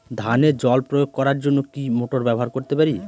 ধানে জল প্রয়োগ করার জন্য কি মোটর ব্যবহার করতে পারি?